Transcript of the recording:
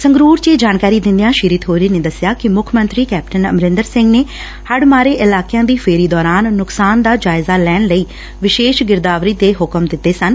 ਸੰਗਰੂਰ ਚ ਇਹ ਜਾਣਕਾਰੀ ਦਿੰਦਿਆਂ ਸ੍ਰੀ ਥੋਰੀ ਨੇ ਦਸਿਆ ਕਿ ਮੁੱਖ ਮੰਤਰੀ ਕੈਪਟਨ ਅਮਰਿੰਦਰ ਸਿੰਘ ਨੇ ਹੜ ਮਾਰੇ ਇਲਾਕਿਆਂ ਦੀ ਫੇਰੀ ਦੌਰਾਨ ਨੁਕਸਾਨ ਦਾ ਜਾਇਜ਼ਾ ਲੈਣ ਲਈ ਵਿਸ਼ੇਸ਼ ਗਿਰਦਾਵਰੀ ਦੇ ਹੁਕਮ ਦਿੱਤੇ ਸਨ